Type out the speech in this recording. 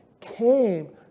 came